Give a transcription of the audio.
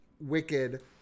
wicked